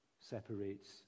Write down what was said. separates